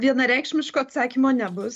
vienareikšmiško atsakymo nebus